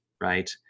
right